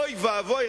אוי ואבוי,